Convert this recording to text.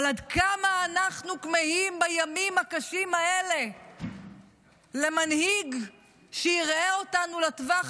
אבל עד כמה אנחנו כמהים בימים הקשים האלה למנהיג שיראה אותנו לטווח